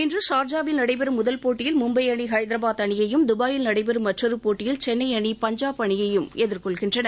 இன்று ஷார்ஜாவில் நடைபெறும் முதல் போட்டியில் மும்பை அணி ஹைதராபாத் அணியையும் நடைபெறும் மற்றொரு போட்டியில் சென்னை அணி கபாயில் எதிர்கொள்கின்றன